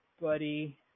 buddy